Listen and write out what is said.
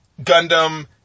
Gundam